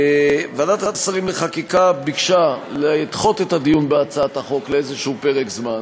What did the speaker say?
ועדת השרים לחקיקה ביקשה לדחות את הדיון בהצעת החוק לאיזשהו פרק זמן,